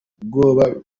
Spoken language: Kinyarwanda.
ubwoba